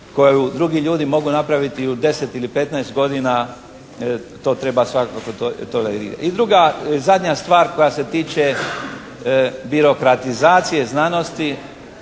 koji drugi ljudi mogu napraviti u 10 ili 15 godina to treba svakako tolerirati. I druga i zadnja stvar koja se tiče birokratizacije znanosti